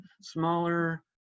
smaller